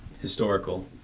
historical